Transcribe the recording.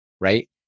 right